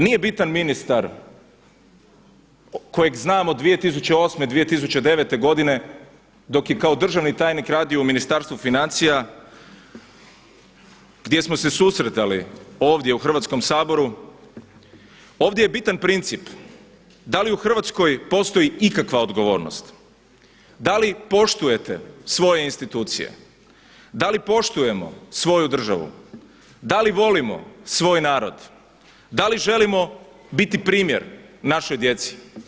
Nije bitan ministar kojeg znam od 2008., 2009. godine dok je kao državni tajnik radio u Ministarstvu financija, gdje smo se susretali ovdje u Hrvatskom saboru, ovdje je bitan princip, da li u Hrvatskoj postoji ikakva odgovornost, da li poštujete svoje institucije, da li poštujemo svoju državu, da li volimo svoj narod, da li želimo biti primjer našoj djeci.